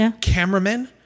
Cameramen